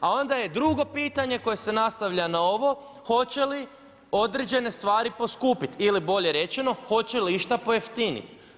A onda je drugo pitanje, koje se nastavlja na ovo, hoće li određene stvari poskupiti ili bolje rečeno, hoće li išta pojeftiniti.